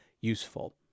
useful